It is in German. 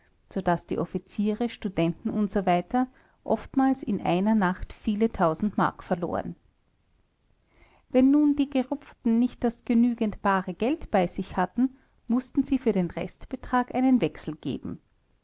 daß die offiziere studenten usw oftmals in einer nacht viele tausend mark verloren wenn nun die gerupften nicht das genügend bare geld bei sich hatten mußten sie für den restbetrag einen wechsel geben